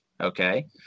okay